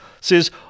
says